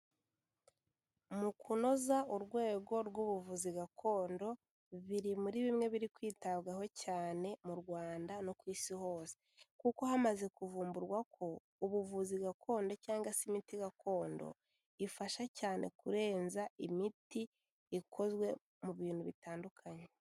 Mu kunoza urwego rw'ubuvuzi gakondo biri muri bimwe biri kwitabwaho cyane mu Rwanda no ku isi hose, kuko hamaze kuvumburwa ko ubuvuzi gakondo cyangwa se imiti gakondo ifasha cyane kurenza imiti ikozwe mu bintu bitandukanye.